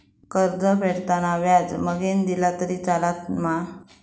कर्ज फेडताना व्याज मगेन दिला तरी चलात मा?